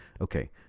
okay